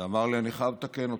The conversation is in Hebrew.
ואמר לי: אני חייב לתקן אותך,